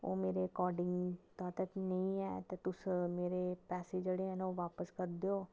ओह् मेरे आकॅार्डिंग दा ते नेईं ऐ ते तुस मेरे पैसे जेहडे़ हैन ओह् वापस करी देओ